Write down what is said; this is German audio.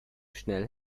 schnell